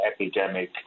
epidemic